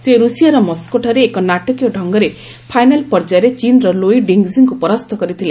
ସେ ର୍ଷିଆର ମୋସ୍କାଠାରେ ଏକ ନାଟକୀୟ ଡଙ୍ଗରେ ଫାଇନାଲ ରେ ଚୀନର ଲୋଇ ଡିଙ୍ଗଜୀଙ୍କୁ ପରାସ୍ତ କରିଥିଲେ